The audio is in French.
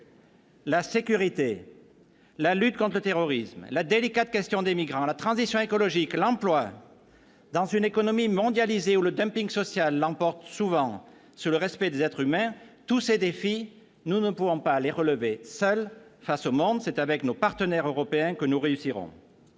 la sécurité, à la lutte contre le terrorisme, à la délicate question des migrants, à la transition écologique, à l'emploi dans une économie mondialisée, où le dumping social l'emporte souvent sur le respect des êtres humains -, nous ne pouvons pas les relever seuls face au monde. C'est avec nos partenaires européens que nous réussirons.